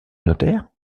notaire